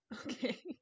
Okay